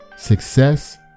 Success